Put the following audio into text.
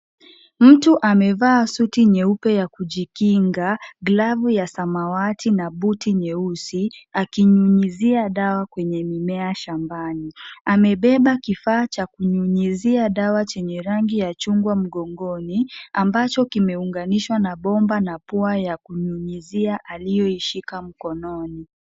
Mtu amevaa suti nyeupe ya kujikinga, glavu ya samawati na buti nyeusi, akinyunyizia dawa kwenye mimea shambani. Amebeba kifaa cha kunyunyizia dawa chenye rangi ya chungwa mgongoni, ambacho kimeunganishwa na bomba na pua ya kunyunyizia aliyoishika mkononi.